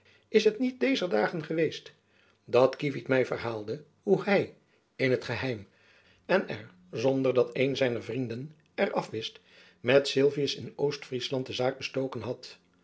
is het niet dezer dagen geweest dat kievit my verhaalde hoe hy in t geheim en zonder dat een zijner vrienden er af wist met sylvius in oostfriesland de zaak bestoken had